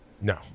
No